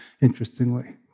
interestingly